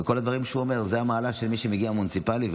וכל הדברים, זה המעלה של מי שמגיע מהמוניציפלי.